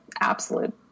absolute